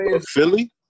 Philly